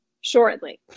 shortly